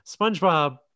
Spongebob